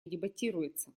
дебатируется